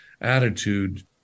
attitude